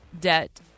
debt